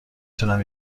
تونم